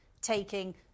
taking